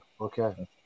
Okay